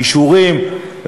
אישורים,